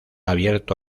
abierto